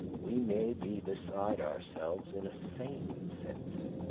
we may be beside ourselves in a sane sense.